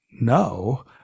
no